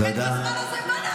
באמת בזמן הזה מה נעשה.